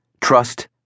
trust